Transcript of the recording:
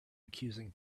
accusing